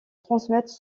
transmettre